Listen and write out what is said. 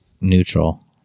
neutral